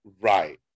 Right